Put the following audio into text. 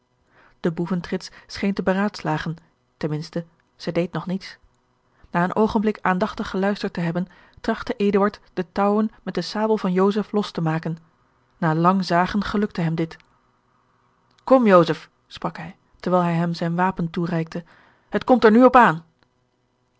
de boeventrits scheen te beraadslagen ten minste zij deed nog niets na een oogenblik aandachtig geluisterd te hebben trachtte eduard de touwen met de sabel van joseph los te maken na lang zagen gelukte hem dit kom joseph sprak hij terwijl hij hem zijn wapen toereikte het komt er nu op aan